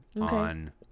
on